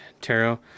tarot